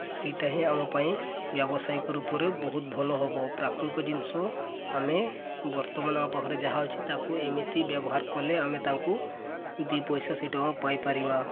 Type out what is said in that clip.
ସେଇଟା ହିଁ ଆମ ପାଇଁ ବ୍ୟବସାୟିକ ରୂପରେ ବହୁତ ଭଲ ହବ ପ୍ରାକୃତିକ ଜିନିଷ ଆମେ ବର୍ତ୍ତମାନ ଆମ ପାଖରେ ଯାହା ଅଛି ତାକୁ ଏମିତି ବ୍ୟବହାର କଲେ ଆମେ ତାଙ୍କୁ ଦୁଇ ପଇସା ସେଇଟା ପାଇପାରିବା